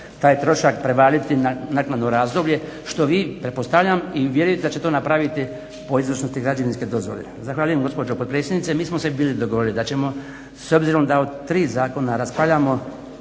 taj trošak prevaliti na naknadno razdoblje što vi pretpostavljam i vjerujem da će to napraviti po izvršnosti građevinske dozvole. Zahvaljujem gospođo potpredsjednice, mi smo se bili dogovorili da ćemo s obzirom da o tri zakona raspravljamo